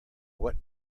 what